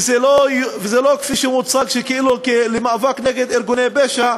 וזה לא נועד כפי שמוצג כאילו למאבק נגד ארגוני פשע,